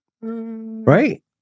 Right